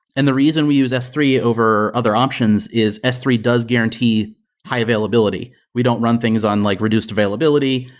and the reason we use s three over other options is s three does guarantee high-availability. we don't run things on like reduced availability.